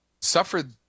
suffered